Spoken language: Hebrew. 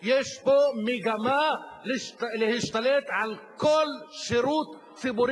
יש פה מגמה להשתלט על כל שירות ציבורי